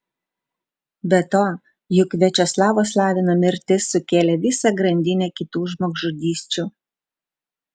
be to juk viačeslavo slavino mirtis sukėlė visą grandinę kitų žmogžudysčių